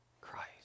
Christ